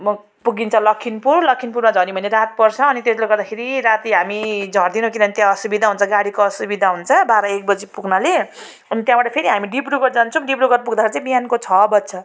म पुगिन्छ लखिमपुर लखिमपुरमा झर्यौँ भने रात पर्छ अनि त्यतिले गर्दाखेरि राति हामी झर्दैनौँ किनभने त्यहाँ असुविधा हुन्छ गाडीको असुविधा हुन्छ बाह्र एक बजे पुग्नाले अनि त्यहाँबाट फेरि हामी डिब्रुगढ जान्छौँ डिब्रुगढ पुग्दाखेरि चाहिँ बिहानको छ बज्छ